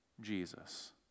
Jesus